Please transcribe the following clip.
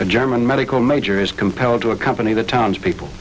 a german medical major is compelled to accompany the townspeople